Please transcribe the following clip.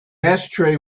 ashtray